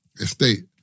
Estate